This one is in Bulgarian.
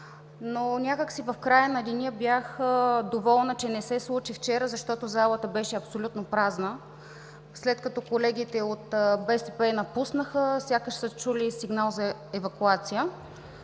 но някак си в края на деня бях доволна, че не се случи вчера, защото залата беше абсолютно празна, след като колегите от БСП напуснаха, сякаш са чули сигнал за евакуация.